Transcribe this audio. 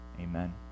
Amen